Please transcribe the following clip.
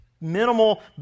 minimal